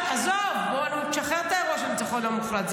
עזוב, נו, תשחרר את האירוע של הניצחון המוחלט.